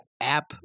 app